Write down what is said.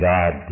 God